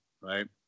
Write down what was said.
right